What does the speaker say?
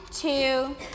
two